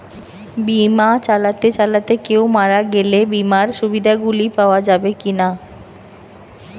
বিমা চালাতে চালাতে কেও মারা গেলে বিমার সুবিধা গুলি পাওয়া যাবে কি না?